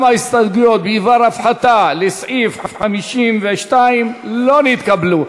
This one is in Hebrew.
גם ההסתייגויות בדבר הפחתה לסעיף 52 לא נתקבלו.